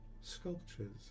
sculptures